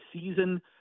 season